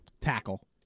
tackle